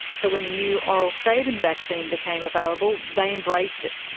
so when the new oral sabin vaccine became available they embraced it.